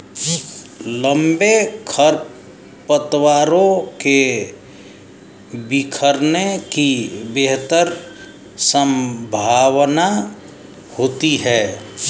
लंबे खरपतवारों के बिखरने की बेहतर संभावना होती है